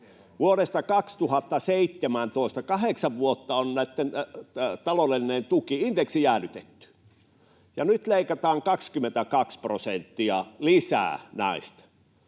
Vuodesta 2017, kahdeksan vuotta, on ollut näitten taloudellinen tuki indeksijäädytettynä. Ja nyt leikataan näistä 22 prosenttia lisää.